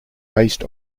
based